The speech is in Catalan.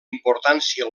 importància